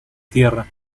tierra